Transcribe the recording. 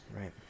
right